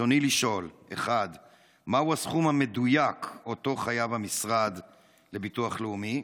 רצוני לשאול: 1. מהו הסכום המדויק שהמשרד חייב לביטוח לאומי?